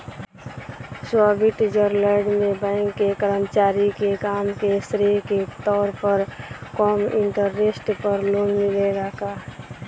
Switzerland में bank के कर्मचारी के काम के श्रेय के तौर पर कम इंटरेस्ट पर लोन मिलेला का?